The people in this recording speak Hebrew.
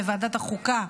בוועדת החוקה,